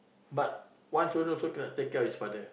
but one children also cannot take care of his father